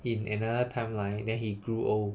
in another timeline and then he grew old